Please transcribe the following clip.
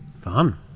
Fun